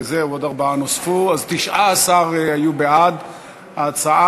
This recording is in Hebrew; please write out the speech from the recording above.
זהו, עוד ארבעה נוספו, אז 19 היו בעד ההצעה.